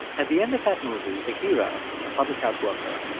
at the end of that movie, the hero, a public health worker,